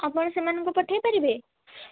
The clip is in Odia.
ଆପଣ ସେମାନଙ୍କୁ ପଠେଇପାରିବେ